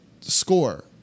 score